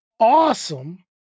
Awesome